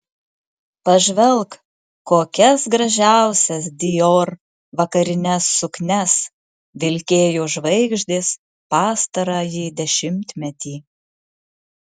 pažvelk kokias gražiausias dior vakarines suknias vilkėjo žvaigždės pastarąjį dešimtmetį